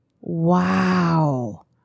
Wow